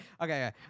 Okay